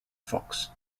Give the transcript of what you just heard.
fox